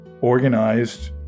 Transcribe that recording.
organized